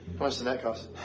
much did that cost?